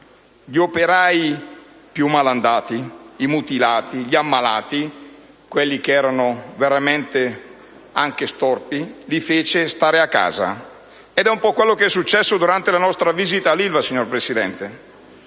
Gli operai più malandati, i mutilati, gli ammalati, quelli che erano veramente storpi, li fece stare a casa. Ed è un po' quello che è successo durante la nostra visita all'Ilva, signor Presidente: